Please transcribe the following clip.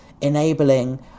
enabling